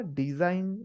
design